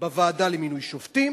בוועדה למינוי שופטים